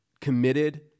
committed